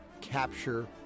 capture